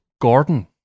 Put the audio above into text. Gordon